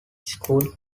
school